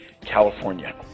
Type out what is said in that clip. California